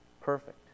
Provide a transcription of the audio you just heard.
Perfect